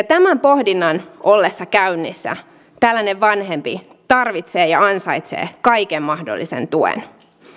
tämän pohdinnan ollessa käynnissä tällainen vanhempi tarvitsee ja ansaitsee kaiken mahdollisen tuen